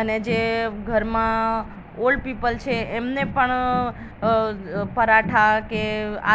અને જે ઘરમાં ઓલ્ડ પીપલ છે એમને પણ પરાઠા કે